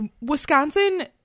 Wisconsin